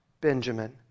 Benjamin